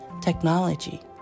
technology